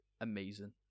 amazing